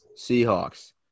Seahawks